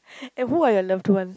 and who are your loved ones